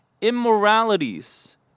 immoralities